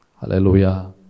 Hallelujah